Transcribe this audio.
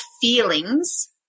feelings